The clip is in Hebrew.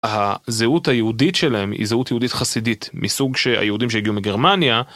הזהות היהודית שלהם היא זהות יהודית חסידית מסוג שהיהודים שהגיעו מגרמניה.